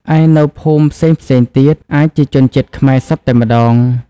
ឯ នៅភូមិផ្សេងៗទៀត អាចជាជនជាតិខ្មែរសុទ្ធតែម្ដង។